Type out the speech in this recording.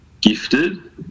gifted